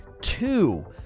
two